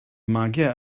magiau